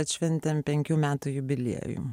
atšventėm penkių metų jubiliejų